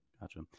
Gotcha